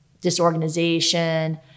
disorganization